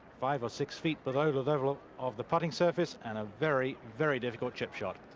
five or six feet below the level of the putting surface and a very, very difficult chip shot.